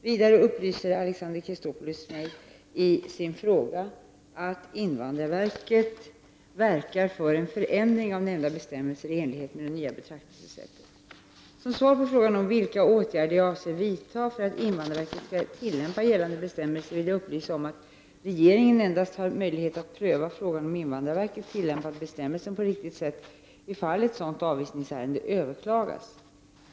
Vidare upplyser Alexander Chrisopoulos mig i sin fråga att invandrarverket verkar för en förändring av nämnda bestämmelse i enlighet med detta nya betraktelsesätt. Som svar på frågan om vilka åtgärder jag avser vidta för att invandrarverket skall tillämpa gällande bestämmelser vill jag upplysa om att regeringen endast har möjlighet att pröva frågan om invandrarverket tillämpat bestämmelsen på riktigt sätt, om ett sådant avvisningsärende överklagas.